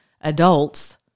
adults